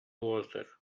walter